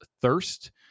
Thirst